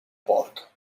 porc